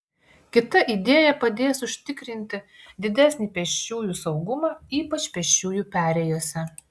kita idėja padės užtikrinti didesnį pėsčiųjų saugumą ypač pėsčiųjų perėjose